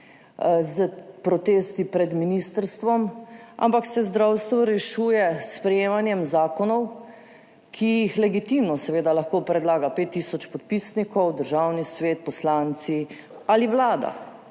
s protesti pred ministrstvom, ampak se zdravstvo rešuje s sprejemanjem zakonov, ki jih seveda legitimno lahko predlaga pet tisoč podpisnikov, Državni svet, poslanci ali Vlada